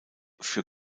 für